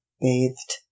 bathed